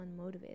unmotivated